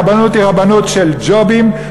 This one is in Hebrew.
הרבנות היא רבנות של ג'ובים,